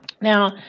Now